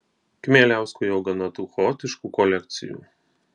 kmieliauskui jau gana tų chaotiškų kolekcijų